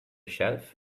shelf